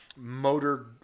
motor